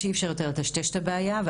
שסיפר בהרצאה שהוא נתן לתסריטאים ו